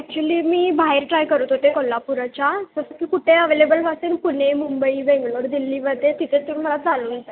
actually मी बाहेर try करत होते कोल्हापुराच्या जसं की कुठे अवेलेबल असेल पुणे मुंबई बेंगलोर दिल्लीमध्ये तिथे तून मला चालेल